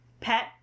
pet